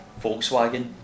Volkswagen